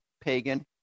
pagan